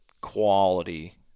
quality